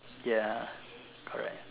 ya correct